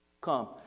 come